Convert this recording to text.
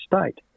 state